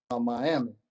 Miami